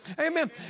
Amen